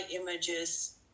images